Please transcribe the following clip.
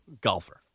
golfer